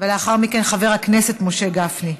לאחר מכן חבר הכנסת משה גפני.